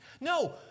no